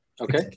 Okay